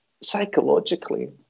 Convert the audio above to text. psychologically